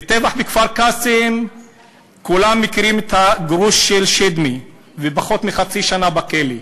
בטבח בכפר-קאסם כולם מכירים את הגרוש של שדמי ופחות מחצי שנה בכלא.